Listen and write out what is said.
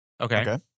Okay